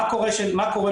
מה קורה לפני,